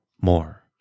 more